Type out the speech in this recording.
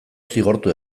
zigortu